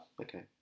okay